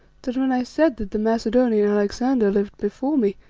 that when i said that the macedonian alexander lived before me,